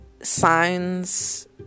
signs